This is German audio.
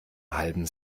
halben